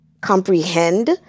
comprehend